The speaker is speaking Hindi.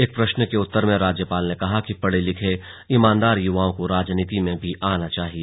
एक प्रश्न के उत्तर में राज्यपाल ने कहा कि पढ़े लिखे ईमानदार युवाओं को राजनीति में भी आना चाहिए